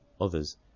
Others